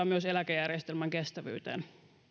myös eläkejärjestelmän kestävyyteen